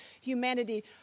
humanity